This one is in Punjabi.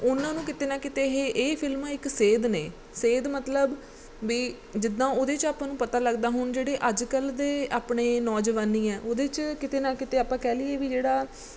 ਉਹਨਾਂ ਨੂੰ ਕਿਤੇ ਨਾ ਕਿਤੇ ਇਹ ਇਹ ਫਿਲਮਾਂ ਇੱਕ ਸੇਧ ਨੇ ਸੇਧ ਮਤਲਬ ਵੀ ਜਿੱਦਾਂ ਉਹਦੇ 'ਚ ਆਪਾਂ ਨੂੰ ਪਤਾ ਲੱਗਦਾ ਹੁਣ ਜਿਹੜੇ ਅੱਜ ਕੱਲ੍ਹ ਦੇ ਆਪਣੇ ਨੌਜਵਾਨੀ ਹੈ ਉਹਦੇ 'ਚ ਕਿਤੇ ਨਾ ਕਿਤੇ ਆਪਾਂ ਕਹਿ ਲਈਏ ਵੀ ਜਿਹੜਾ